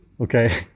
okay